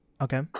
Okay